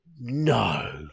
No